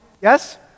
Yes